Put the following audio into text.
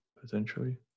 potentially